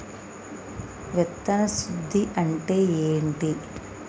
విత్తన శుద్ధి అంటే ఏంటి?